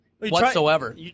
whatsoever